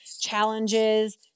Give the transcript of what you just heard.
challenges